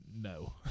no